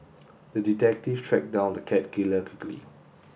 the detective tracked down the cat killer quickly